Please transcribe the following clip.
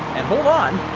and hold on.